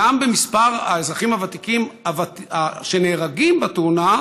גם מספר האזרחים הוותיקים שנהרגים בתאונה: